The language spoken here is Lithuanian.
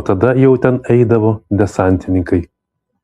o tada jau ten eidavo desantininkai